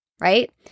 Right